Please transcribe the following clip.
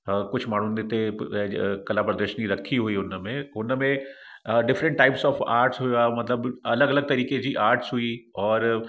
कुझु माण्हुनि हिते बि ज कला प्रदर्शनी रखी हुई हुन में हुन में डिफ्रंट टाइप्स ऑफ आर्ट्स हुआ मतलबु अलॻि अलॻि तरीक़े जी आर्ट्स हुई और